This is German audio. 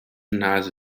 nase